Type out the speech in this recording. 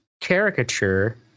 caricature